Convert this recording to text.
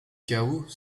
chaos